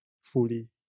fully